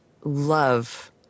love